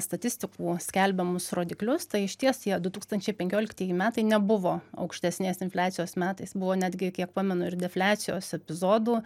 statistikų skelbiamus rodiklius tai išties jie du tūkstančiai penkioliktieji metai nebuvo aukštesnės infliacijos metais buvo netgi kiek pamenu ir defliacijos epizodų